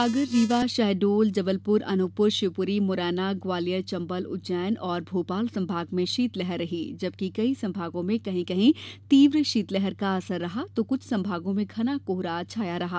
सागर रीवा शहडोल जबलप्र अनूपप्र शिवप्री मुरैना ग्वालियर चंबल उज्जैन और भोपाल संभाग में शीतलहर रही जबकि कई संभागों में कहीं कहीं तीव्र शीतलहर का असर रहा तो कुछ संभागों में घना कोहरा छाया रहा